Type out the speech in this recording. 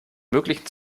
möglichen